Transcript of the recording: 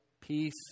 peace